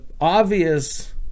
obvious